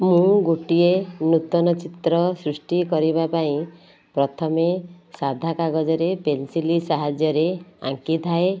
ମୁଁ ଗୋଟିଏ ନୂତନ ଚିତ୍ର ସୃଷ୍ଟି କରିବା ପାଇଁ ପ୍ରଥମେ ସାଧା କାଗଜରେ ପେନ୍ସିଲ୍ ସାହାଯ୍ୟରେ ଆଙ୍କିଥାଏ